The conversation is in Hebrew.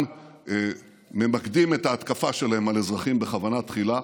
גם ממקדים את ההתקפה שלהם על אזרחים בכוונה תחילה,